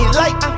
light